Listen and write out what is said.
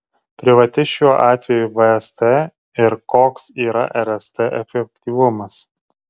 privati šiuo atveju vst ir koks yra rst efektyvumas